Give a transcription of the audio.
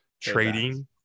trading